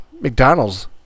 McDonald's